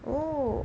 !woo!